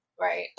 Right